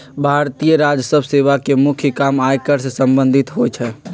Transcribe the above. भारतीय राजस्व सेवा के मुख्य काम आयकर से संबंधित होइ छइ